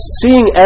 seeing